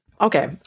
Okay